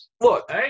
look